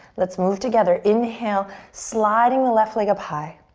let's move together. inhale, sliding the left leg up high.